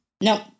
Nope